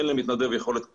אין למתנדב יכולת כזו,